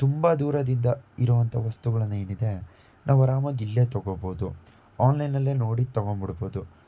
ತುಂಬ ದೂರದಿಂದ ಇರೋಂಥ ವಸ್ತುಗಳನ್ನು ಏನಿದೆ ನಾವು ಅರಾಮಾಗಿ ಇಲ್ಲೇ ತೊಗೋಬೋದು ಆನ್ಲೈನಲ್ಲೇ ನೋಡಿ ತೊಗೊಂಬಿಡ್ಬೋದು